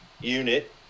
unit